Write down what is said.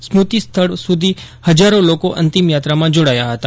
સ્મ્રતિ સ્થળ સુધી હજારો લોકો અંતિમ યાત્રામાં જોડાયા હતા